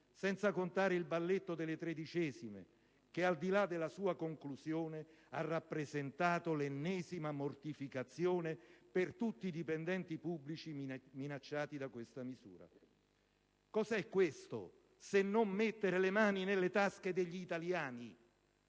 senza contare il balletto sulle tredicesime che, al di là della sua conclusione, ha rappresentato l'ennesima mortificazione per tutti i dipendenti pubblici minacciati da questa misura. Cos'è tutto questo se non «mettere le mani nelle tasche degli italiani»?